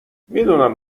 میدونم